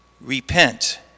repent